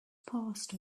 passed